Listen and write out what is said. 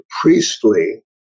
priestly